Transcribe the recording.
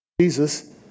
Jesus